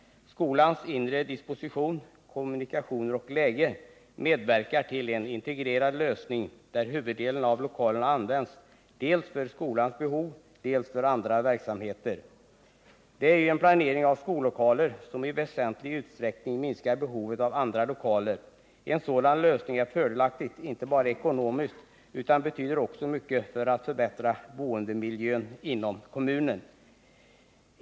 Skolans inre disposition, kommunikationer och läge medverkar till en integrerad lösning, där lokalerna används dels för skolans behov, dels för andra verksamheter. Det är en planering av skollokaler som i väsentlig utsträckning minskar behovet av andra lokaler. En sådan lösning är fördelaktig inte bara ekonomiskt, utan den betyder också mycket för att förbättra boendemiljön inom kommunen.